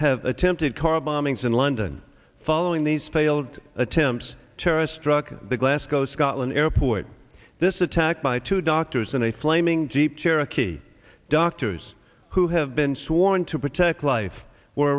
have attempted car bombings in london following these failed attempts terrorist struck the glasgow scotland airport this attack by two doctors in a flaming jeep cherokee doctors who have been sworn to protect life were